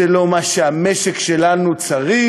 זה לא מה שהמשק שלנו צריך.